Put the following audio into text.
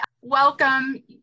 welcome